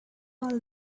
all